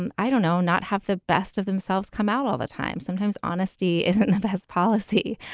and i don't know, not have the best of themselves come out all the time sometimes honesty isn't the best policy.